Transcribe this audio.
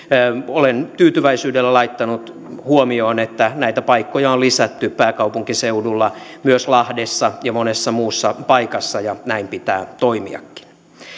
olen tyytyväisyydellä laittanut huomioon että näitä paikkoja on lisätty pääkaupunkiseudulla myös lahdessa ja monessa muussa paikassa ja näin pitää toimiakin